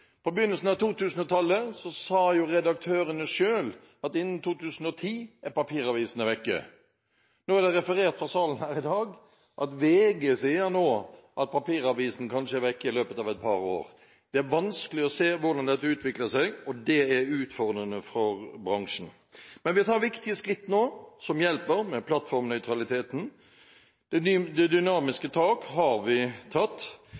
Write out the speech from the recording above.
På begynnelsen av 2000-tallet sa redaktørene selv at innen 2010 ville papiravisene være borte. Nå er det referert fra salen her i dag at VG nå sier at papiravisen kanskje er borte i løpet av et par år. Det er vanskelig å se hvordan dette utvikler seg, og det er utfordrende for bransjen, men vi tar nå viktige skritt som hjelper, med plattformnøytraliteten. Det dynamiske taket har vi tatt,